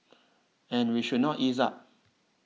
and we should not ease up